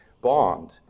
bond